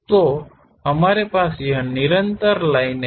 तो हमारे पास यह निरंतर लाइनें हैं